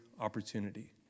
opportunity